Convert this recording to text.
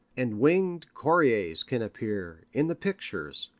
and winged couriers can appear, in the pictures,